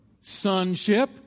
sonship